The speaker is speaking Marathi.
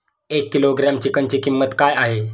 एक किलोग्रॅम चिकनची किंमत काय आहे?